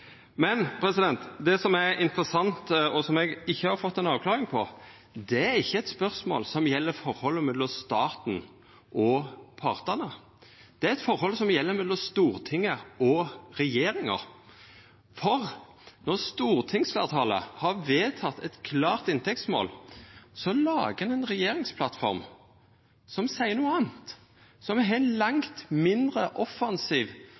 Men det som er interessant, og som eg ikkje har fått noka avklaring på, er ikkje eit spørsmål som gjeld forholdet mellom staten og partane, men eit spørsmål som gjeld forholdet mellom Stortinget og regjeringa, for når stortingsfleirtalet har vedteke eit klart inntektsmål, lagar ein ei regjeringsplattform som seier noko anna, og som har ei langt mindre offensiv